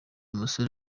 umusore